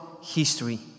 history